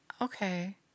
okay